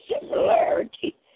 similarity